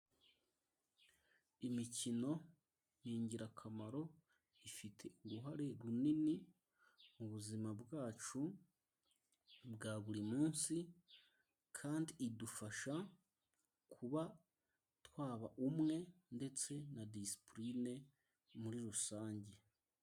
Imikino ni ingirakamaro ifite uruhare runini mu buzima bwacu bwa buri munsi, kandi idufasha kuba twaba umwe ndetse na disipurine muri rusange.